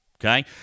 okay